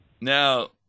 Now